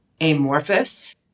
amorphous